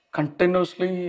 Continuously